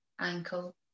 ankle